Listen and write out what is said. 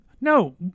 No